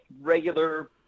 regular